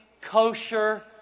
kosher